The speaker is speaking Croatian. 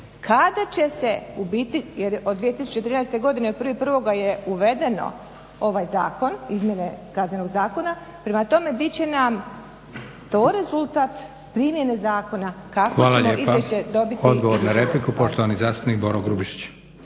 kada će se ubiti jer od 2013.godine od 1.1.je uvedeno ovaj zakon, izmjene Kaznenog zakona. Prema tome, bit će nam to rezultat primjene zakona kakvo ćemo izvješće dobiti iduće godine. **Leko, Josip (SDP)** Hvala lijepa. Odgovor na repliku poštovani zastupnik Boro Grubišić.